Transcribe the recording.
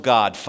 God